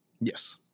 Yes